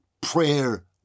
prayer